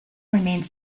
remains